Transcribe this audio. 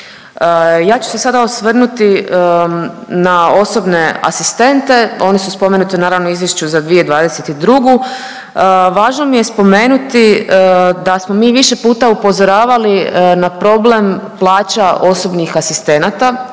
Ja ću se sada osvrnuti na osobne asistente, oni su spomenuti naravno u izvješću za 2022.. Važno mi je spomenuti da smo mi više puta upozoravali na problem plaća osobnih asistenata,